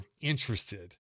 interested